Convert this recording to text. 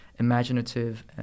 imaginative